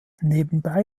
nebenbei